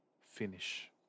Finish